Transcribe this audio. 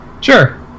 sure